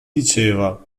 diceva